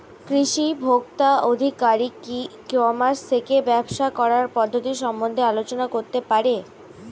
কৃষি ভোক্তা আধিকারিক কি ই কর্মাস থেকে ব্যবসা করার পদ্ধতি সম্বন্ধে আলোচনা করতে পারে?